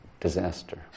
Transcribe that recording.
disaster